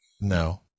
No